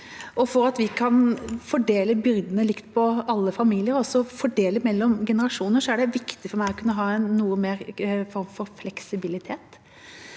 For at vi kan fordele byrdene likt på alle familier og også fordele mellom generasjoner, er det viktig for meg å kunne ha noe mer fleksibilitet.